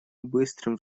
быстрым